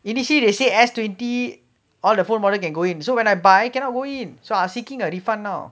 initially they say S twenty all the phone model can go in so when I buy cannot go in I seeking a refund now